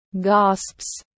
gasps